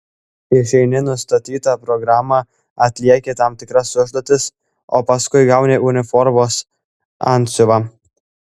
išeini nustatytą programą atlieki tam tikras užduotis o paskui gauni uniformos antsiuvą